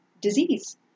disease